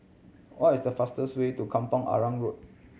what is the fastest way to Kampong Arang Road